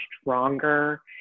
stronger